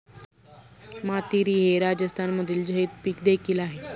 मातीरी हे राजस्थानमधील झैद पीक देखील आहे